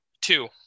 Two